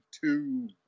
two